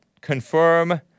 confirm